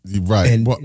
Right